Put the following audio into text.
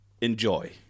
enjoy